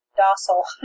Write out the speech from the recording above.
docile